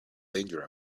danger